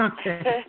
Okay